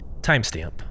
Timestamp